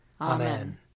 Amen